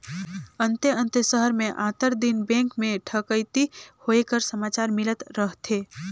अन्ते अन्ते सहर में आंतर दिन बेंक में ठकइती होए कर समाचार मिलत रहथे